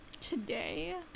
Today